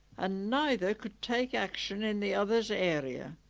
ah neither could take action in the other's area